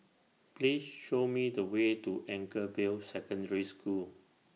Please Show Me The Way to Anchorvale Secondary School